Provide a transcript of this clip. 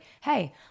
hey